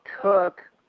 took